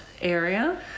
area